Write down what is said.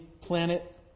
planet